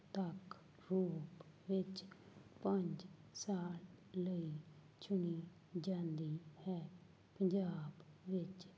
ਪ੍ਰਤੱਖ ਰੂਪ ਵਿੱਚ ਪੰਜ ਸਾਲ ਲਈ ਚੁਣੀ ਜਾਂਦੀ ਹੈ ਪੰਜਾਬ ਵਿੱਚ